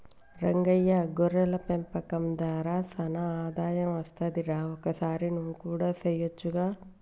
రంగయ్య గొర్రెల పెంపకం దార సానా ఆదాయం అస్తది రా ఒకసారి నువ్వు కూడా సెయొచ్చుగా